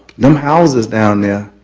no houses down there,